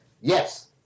Yes